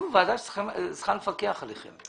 אנחנו ועדה שצריכה לפקוח עליכם.